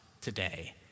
today